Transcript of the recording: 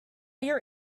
your